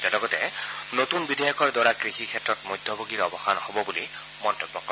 তেওঁ লগতে নতুন বিধেয়কৰ দ্বাৰা কৃষিক্ষেত্ৰত মধ্যভোগীৰ অৱসান হব বুলি মন্তব্য কৰে